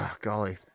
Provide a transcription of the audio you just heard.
Golly